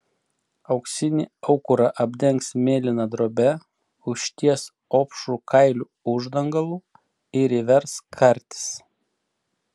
auksinį aukurą apdengs mėlyna drobe užties opšrų kailių uždangalu ir įvers kartis